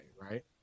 Right